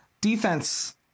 defense